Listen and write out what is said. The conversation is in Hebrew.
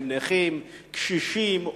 הם נכים קשישים,